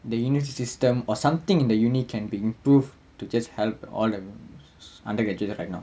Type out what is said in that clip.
the university system or something in the univeristy can be improved to just help all the undergraduate right now